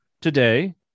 today